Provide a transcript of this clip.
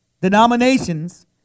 denominations